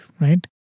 Right